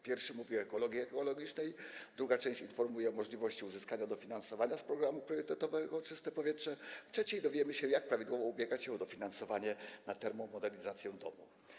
Pierwszy mówi o edukacji ekologicznej, druga część informuje o możliwości uzyskania dofinansowania z programu priorytetowego „Czyste powietrze”, a w trzeciej dowiemy się, jak prawidłowo ubiegać się o dofinansowanie na termomodernizację domu.